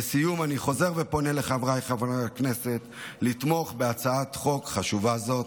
לסיום אני חוזר ופונה לחבריי חברי הכנסת לתמוך בהצעת חוק חשובה זו.